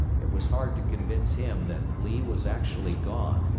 it was hard to convince him that lee was actually gone,